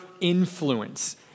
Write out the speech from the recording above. influence